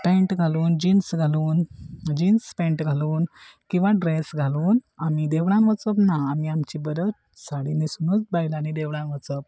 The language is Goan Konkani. पेंट घालून जिन्स घालून जिन्स पेंट घालून किंवा ड्रेस घालून आमी देवळान वचप ना आमी आमची बरोच साडी न्हेसुनूच बायलांनी देवळांक वचप